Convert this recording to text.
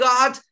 God